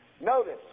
notice